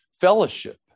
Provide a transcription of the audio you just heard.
fellowship